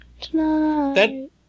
Tonight